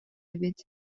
эбит